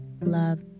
love